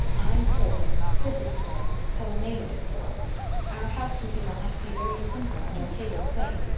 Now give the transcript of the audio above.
i'm poor pris is poor stella maynard is poor our housekeeping will have to be very simple and our table plain.